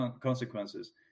consequences